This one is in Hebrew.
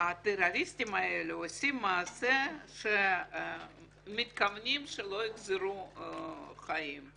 הטרוריסטים האלה עושים מעשה שמתכוונים שלא יגזרו חיים.